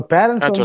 Parents